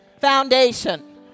Foundation